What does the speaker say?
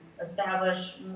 establish